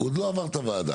הוא עוד לא עבר את הוועדה.